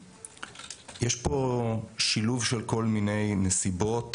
יש פה שילוב של כל מיני נסיבות,